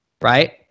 right